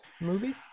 movie